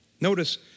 notice